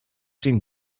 den